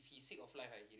he's sick of life right